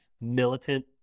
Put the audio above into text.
militant